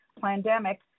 pandemic